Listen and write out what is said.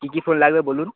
কি কি ফোন লাগবে বলুন